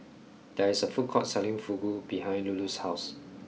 there is a food court selling Fugu behind Lulu's house